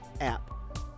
app